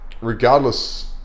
regardless